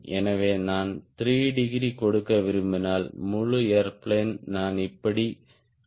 எனவே நான் 3 டிகிரி கொடுக்க விரும்பினால் முழு ஏர்பிளேன் நான் இப்படி சுழற்ற வேண்டும்